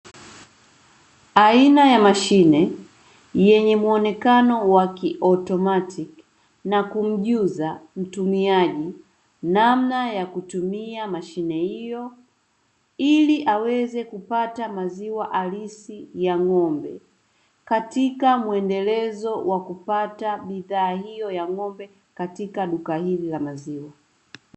Aina ya mashine yenye muonekano wa kiautomatiki na kumjuza mtumiaji namna ya kutumia mashine hiyo, ili aweze kupata maziwa halisi ya ng'ombe katika mwendelezo wa kupata bidhaa hiyo ya ng'ombe katika duka hili la maziwa.